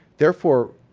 therefore,